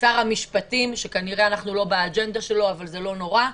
לשר המשפטים שכנראה אנחנו לא באג'נדה שלו אבל זה לא נורא.